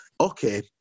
Okay